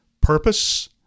purpose